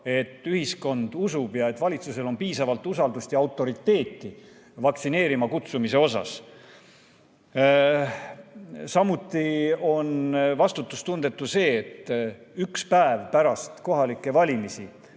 et ühiskond usub valitsust, et valitsusel on piisavalt usaldust ja autoriteeti vaktsineerima kutsumisel. Samuti on vastutustundetu see, et üks päev pärast kohalikke valimisi